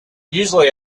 usually